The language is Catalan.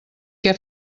què